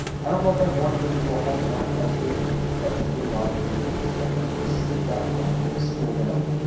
i don't know if i'd want to get into a home in that price range with such little opportunities. so, i'm going to just skip that one. i'm going to scroll down.